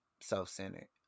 self-centered